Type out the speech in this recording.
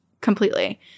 completely